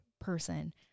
person